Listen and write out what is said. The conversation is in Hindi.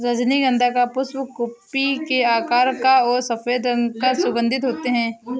रजनीगंधा का पुष्प कुप्पी के आकार का और सफेद रंग का सुगन्धित होते हैं